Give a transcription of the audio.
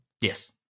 yes